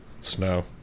snow